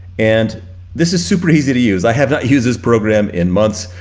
and this is super easy to use. i have not used this program in months,